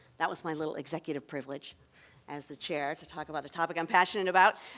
that was my little executive privilege as the chair to talk about a topic i'm passionate about.